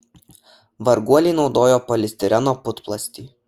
varguoliai naudojo polistireno putplastį